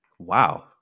Wow